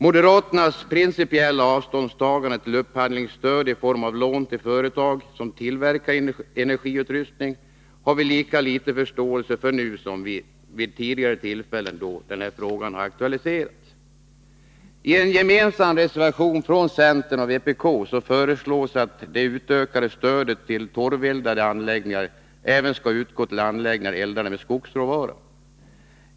Moderaternas principiella avståndstagande till upphandlingsstöd i form av lån till företag som tillverkar energiutrustning är något som vi har lika lite föreståelse för nu som vid tidigare tillfällen då denna fråga har aktualiserats. I en gemensam reservation från centern och vpk föreslås att det utökade stödet till torveldade anläggningar även skall utgå till anläggningar eldade med skogsråvara.